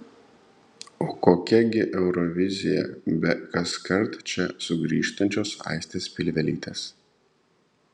o kokia gi eurovizija be kaskart čia sugrįžtančios aistės pilvelytės